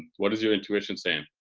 what is your intuition saying?